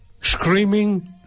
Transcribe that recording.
screaming